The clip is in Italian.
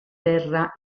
terra